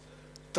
כלל.